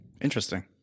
Interesting